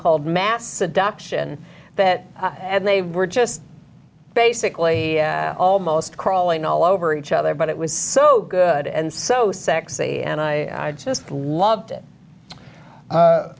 called mass adoption and they were just basically almost crawling all over each other but it was so good and so sexy and i just loved it